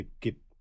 keep